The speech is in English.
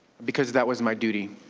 because that was my duty.